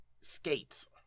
skates